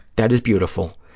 that is beautiful,